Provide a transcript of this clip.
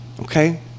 Okay